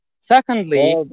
Secondly